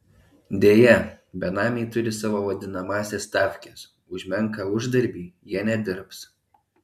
deja benamiai turi savo vadinamąsias stavkes už menką uždarbį jie nedirbs